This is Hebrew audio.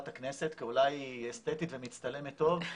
הכנסת כי אולי היא אסתטית ומצטלמת טוב,